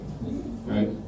right